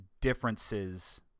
differences